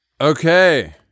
Okay